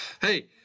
Hey